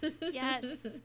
Yes